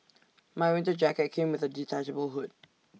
my winter jacket came with A detachable hood